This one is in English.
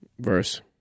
verse